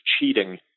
cheating